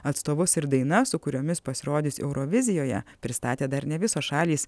atstovus ir dainas su kuriomis pasirodys eurovizijoje pristatė dar ne visos šalys